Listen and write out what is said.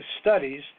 studies